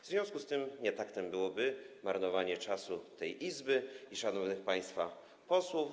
W związku z tym nietaktem byłoby marnowanie czasu tej Izby i szanownych państwa posłów.